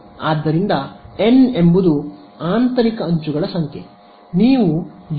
ಆದ್ದರಿಂದ n ಎಂಬುದು ಆಂತರಿಕ ಅಂಚುಗಳ ಸಂಖ್ಯೆ